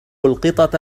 القطط